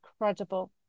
incredible